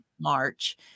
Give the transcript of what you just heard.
March